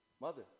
mother